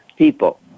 people